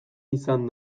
izan